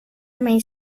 mig